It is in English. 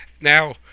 Now